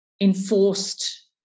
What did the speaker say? enforced